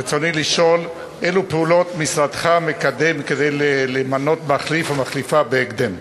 רצוני לשאול: אילו פעולות מקדם משרדך כדי למנות מחליף או מחליפה בהקדם?